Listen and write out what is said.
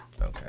Okay